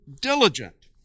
diligent